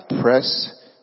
press